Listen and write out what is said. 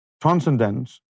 transcendence